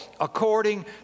according